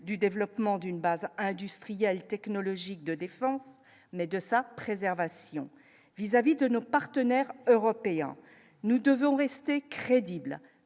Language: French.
du développement d'une base industrielle, technologique de défense mais de sa préservation vis-à-vis de nos partenaires européens, nous devons rester crédible